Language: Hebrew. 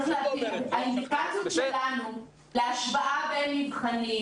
האינדיקציות שלנו להשוואה בין מבחנים